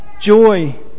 joy